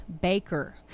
baker